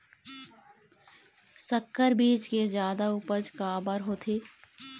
संकर बीज के जादा उपज काबर होथे?